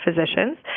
physicians